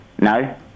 No